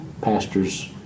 pastors